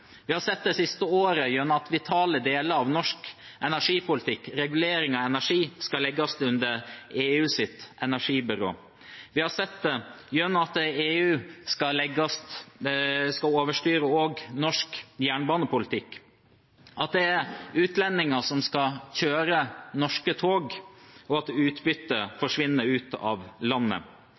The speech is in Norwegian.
Vi har sett det det siste året gjennom at vitale deler av norsk energipolitikk, regulering av energi, skal legges under EUs energibyrå. Vi har sett det gjennom at EU skal overstyre norsk jernbanepolitikk, at det er utlendinger som skal kjøre norske tog, og at utbyttet forsvinner ut av landet.